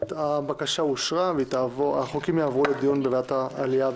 אין הבקשה של יושב-ראש ועדת העלייה,